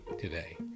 today